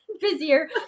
busier